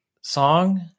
song